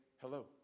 hello